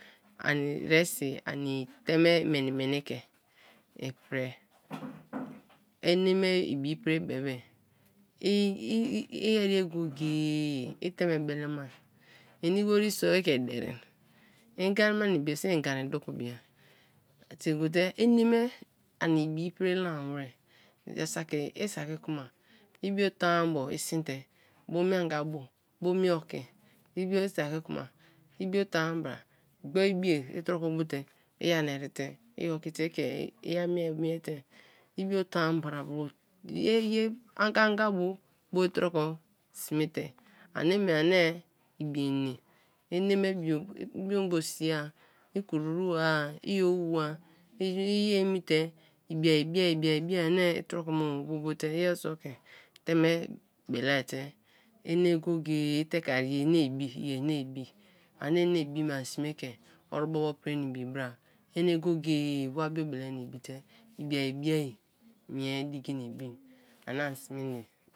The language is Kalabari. Ani resi ani teme meni-meni ke i pri, ene me ibi prim bebe i ere-ye go-go-e i teme bele ma; eni woriso ike dere; i gbanima na i bi-e so i gani doku bia tie gote ene me ani bu prila-wer; jaa saki i saki kma i bio ton-a bo i sin te bo mie anga bo, bo mie oki, i bio i saki kma i bio ton-a bra gbri i bi-e i troko bo te i an rite, i-kite i ke i amie miete i bio ton-a bra bo; ye anga anga bo i troko sme te ani me ani ibi ene; ene me bio i biogbon sia, i kruru-a i owua, i emi te i bi-ai ibi-i ani troko me bo bo te iyer so ke teme beleai te ene go-go-e i teke i ene ibi, i ene ibi ani ene-ibi me ani sme ke orubo bo pri na ibi bra; ene go-go-e wabio bele na i bi te i bi te ibi-ai ibi-ai mie diki na ibi, ani sme na ibi.